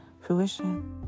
fruition